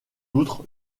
outre